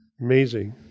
Amazing